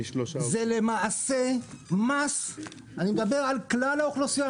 זה למעשה מס אני מדבר על כלל האוכלוסייה,